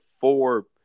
four –